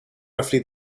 roughly